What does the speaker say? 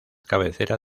cabecera